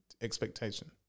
expectation